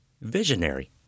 visionary